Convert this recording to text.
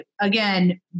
again